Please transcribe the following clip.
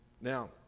Now